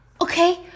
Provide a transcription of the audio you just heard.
Okay